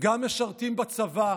גם משרתים בצבא,